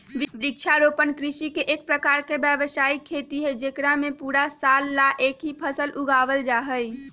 वृक्षारोपण कृषि एक प्रकार के व्यावसायिक खेती हई जेकरा में पूरा साल ला एक ही फसल उगावल जाहई